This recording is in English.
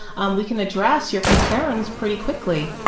um we can address your concerns pretty quickly.